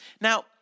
Now